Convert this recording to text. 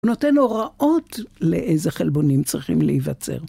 נותן הוראות לאיזה חלבונים צריכים להיווצר.